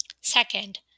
Second